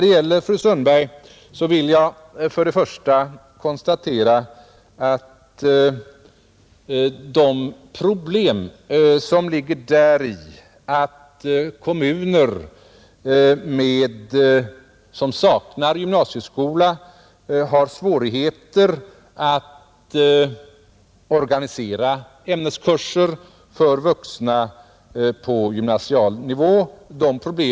Sedan vill jag säga till fru Sundberg att det självklart är ett problem med de kommuner som saknar gymnasieskola; de har självfallet svårigheter med att organisera ämneskurser för vuxna på gymnasial nivå.